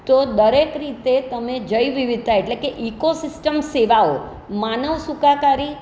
તો દરેક રીતે તમે જૈવ વિવિધતા એટલે કે ઇકો સિસ્ટમ સેવાઓ માનવ સુખાકારી